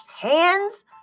hands